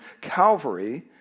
Calvary